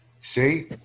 See